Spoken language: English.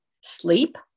sleep